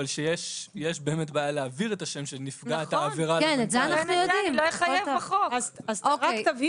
מערכת מנ"ע לא יידעה אותה אז היא תוכל